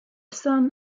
son